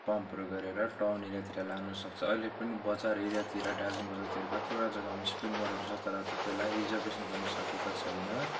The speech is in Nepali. पम्पहरू गरेर टाउन एरियातिर लानु सक्छ अहिले पनि बजार एरियातिर दार्जिलिङ बजारतिर कतिवटा जग्गामा स्प्रिङ वाटर छ तर त्यसलाई रिजर्भेसन गर्नु सकेको छैन